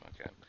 okay